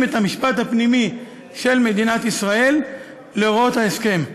את המשפט הפנימי של מדינת ישראל להוראות ההסכם.